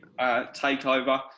takeover